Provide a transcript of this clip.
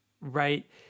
right